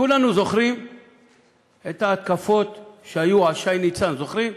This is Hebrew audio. כולנו זוכרים את ההתקפות שהיו על שי ניצן, זוכרים?